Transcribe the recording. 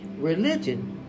Religion